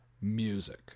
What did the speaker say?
Music